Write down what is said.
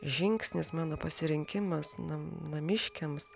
žingsnis mano pasirinkimas nam namiškiams